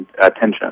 attention